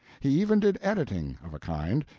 he even did editing, of a kind.